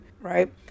Right